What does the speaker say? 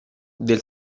del